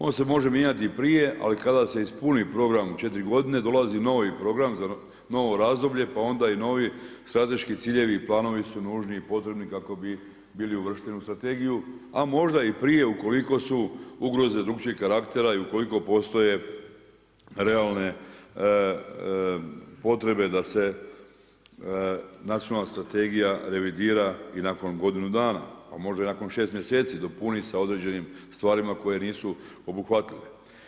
On se može mijenjati i prije, ali kada se ispuni program 4 godine, dolazi novi program, za novo razdoblje, pa onda i novi strateški ciljevi i planovi su nužni i potrebni kako bi bili uvršteni u strategiju, a možda i prije ukoliko su ugroze drugačijeg karaktera i ukoliko postoje realne potrebe da se nacionalna strategija revidira i nakon godinu dana, a može i nakon 6 mjeseci dopuniti sa određenim stvarima koje nisu obuhvatile.